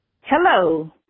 hello